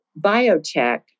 biotech